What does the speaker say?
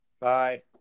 Bye